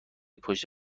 پشت